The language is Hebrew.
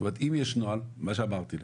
אם יש נוהל, כמו שאמרתי,